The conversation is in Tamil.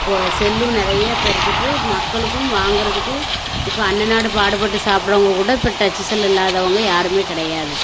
போ செல்லும் நிறைய பெருத்துட்டு மக்களுக்கும் வாங்கிறதுக்கு இப்போ அன்னனாடு பாடுபட்டு சாப்பிட்றவுங்க கூட இப்போ டச்சி செல் இல்லாதவங்க யாருமே கிடையாது